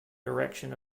direction